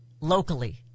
Locally